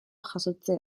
jasotzea